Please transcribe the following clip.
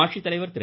ஆட்சித்தலைவா் திரு